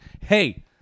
Hey